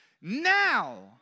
now